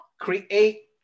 create